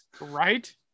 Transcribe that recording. Right